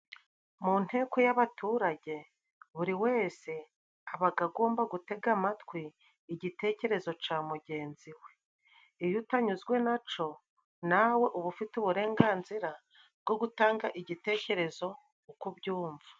Mu nteko y'abaturage buri wese aba agomba gutega amatwi igitekerezo ca mugenzi we. Iyo utanyuzwe na co nawe uba ufite uburenganzira bwo gutanga igitekerezo uko ubyumva.